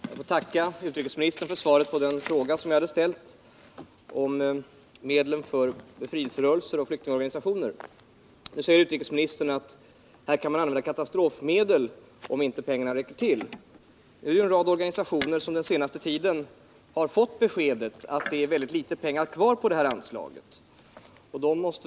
Herr talman! Jag får tacka utrikesministern för svaret på den fråga jag ställde om medlen för befrielserörelser och flyktingorganisationer. Utrikesministern säger att man kan använda katastrofmedel om pengarna inte räcker till. En rad organisationer har den senaste tiden fått beskedet att det finns mycket litet pengar kvar på anslaget för stöd till befrielserörelser.